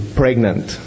pregnant